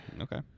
Okay